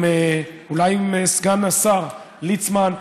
אולי עם סגן השר ליצמן,